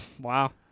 Wow